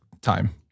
time